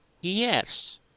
Yes